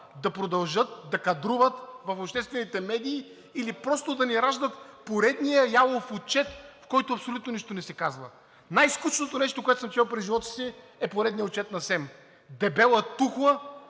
да продължат да кадруват в обществените медии или просто да ни раждат поредния ялов отчет, в който абсолютно нищо не се казва. Най-скучното нещо, което съм чел през живота си, е поредният отчет на Съвета за